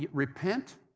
repent,